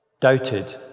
doubted